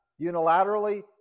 Unilaterally